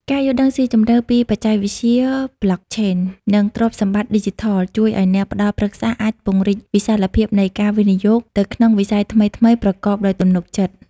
ការយល់ដឹងស៊ីជម្រៅពីបច្ចេកវិទ្យា Blockchain និងទ្រព្យសម្បត្តិឌីជីថល ជួយឱ្យអ្នកផ្ដល់ប្រឹក្សាអាចពង្រីកវិសាលភាពនៃការវិនិយោគទៅក្នុងវិស័យថ្មីៗប្រកបដោយទំនុកចិត្ត។